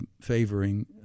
favoring